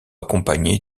accompagné